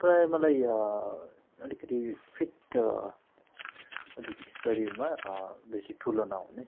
प्रायः मलाई अलिकति फिट अलिकति शरीरमा बेसी ठुलो नहुने